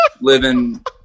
living